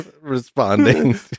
responding